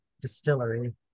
distillery